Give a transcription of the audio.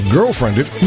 Girlfriended